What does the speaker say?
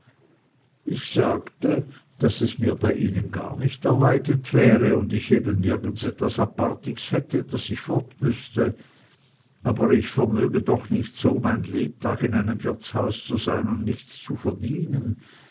ich sagte daß es mir bei ihnen gar nicht erleidet sei und ich eben nirgends etwas hätte daß ich fort müßte aber ich vermöge doch nicht so mein lebtag in einem wirtshaus zu sein und nichts zu verdienen